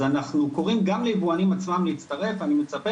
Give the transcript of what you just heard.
אז אנחנו קוראים גם ליבואנים עצמם להצטרף ואני גם מצפה